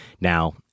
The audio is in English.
now